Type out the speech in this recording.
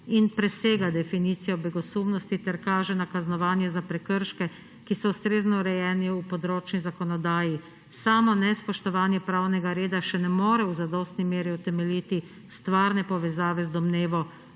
in presega definicijo begosumnosti ter kaže na kaznovanje za prekrške, ki so ustrezno urejeni v področni zakonodaji. Samo nespoštovanje pravnega reda še ne more v zadostni meri utemeljiti stvarne povezave z domnevo,